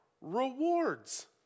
rewards